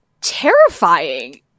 terrifying